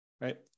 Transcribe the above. right